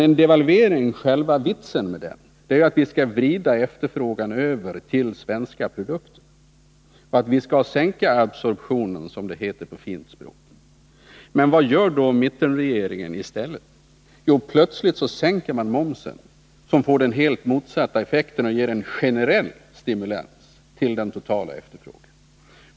Men själva vitsen med en devalvering är att vrida efterfrågan över till svenska produkter och att sänka absorptionen, som det heter på fint språk. : Men vad gör då mittenregeringen i stället? Jo, plötsligt sänker man momsen, vilket får den helt motsatta effekten och ger en generell stimulans till den totala efterfrågan.